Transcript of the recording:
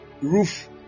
roof